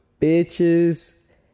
bitches